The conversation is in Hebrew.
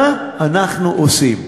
מה אנחנו עושים.